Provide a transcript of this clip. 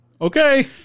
okay